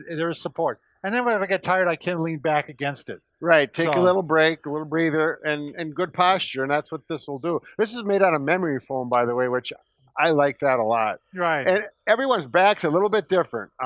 there's support. and then whenever i get tired, i can lean back against it. right, take a little break, a little breather, and and good posture, and that's what this'll do. this is made out of memory foam by the way, which i like that a lot. right. and everyone's back's a little bit different.